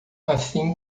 assim